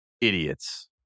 Idiots